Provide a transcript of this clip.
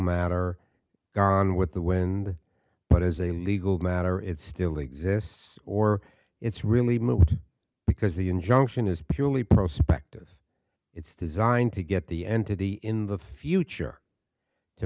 matter gone with the wind but as a legal matter it still exists or it's really moot because the injunction is purely prospect of it's designed to get the entity in the future to